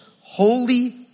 holy